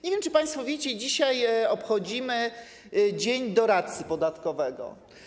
Nie wiem, czy państwo wiecie, że dzisiaj obchodzimy dzień doradcy podatkowego.